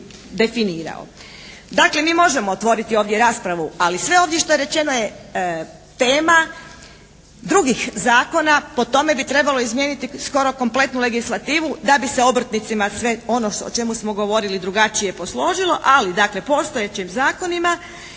Dakle, mi možemo otvoriti ovdje raspravu, ali sve ovdje što je rečeno je tema drugih zakona. Po tome bi trebalo izmijeniti skoro kompletnu legislativu da bi se obrtnicima sve ono o čemu smo govorili drugačije posložilo, ali dakle postojećim zakonima